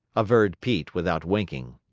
averred pete, without winking.